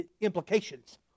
implications